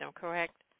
correct